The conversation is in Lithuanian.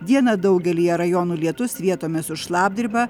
dieną daugelyje rajonų lietus vietomis su šlapdriba